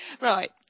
Right